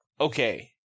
okay